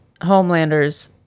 Homelander's